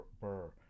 Burr